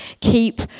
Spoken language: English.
keep